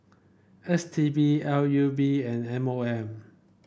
S T B L U P and M O M